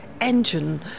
engine